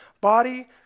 body